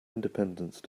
independence